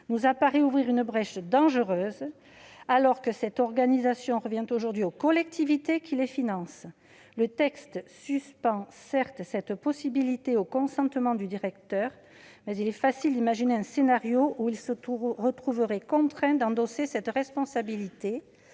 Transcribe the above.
nous paraît ouvrir une brèche dangereuse, alors que cette organisation revient aujourd'hui aux collectivités qui les financent. Le texte suspend certes cette possibilité au consentement du directeur, mais il est facile d'imaginer un scénario où il se retrouverait contraint d'endosser cette responsabilité,